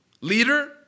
Leader